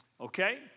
Okay